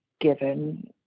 given